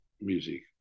music